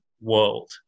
world